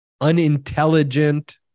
unintelligent